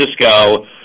Francisco